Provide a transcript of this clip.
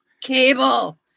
Cable